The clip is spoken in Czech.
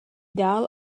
dál